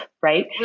right